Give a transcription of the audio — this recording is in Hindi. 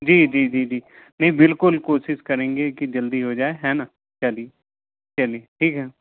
जी जी जी जी नहीं बिल्कुल कोशिश करेंगे कि जल्दी हो जाए है ना चलिए चलिए ठीक है